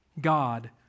God